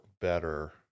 better